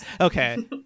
okay